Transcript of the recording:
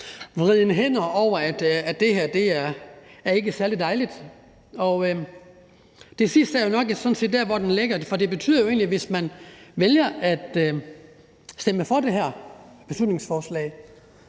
vriden hænder over, at det her ikke er særlig dejligt. Det sidste er nok der, hvor den ligger, for det betyder jo egentlig, at hvis man vælger at stemme for det her beslutningsforslag,